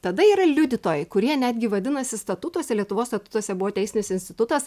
tada yra liudytojai kurie netgi vadinasi statutuose lietuvos statutuose buvo teisinis institutas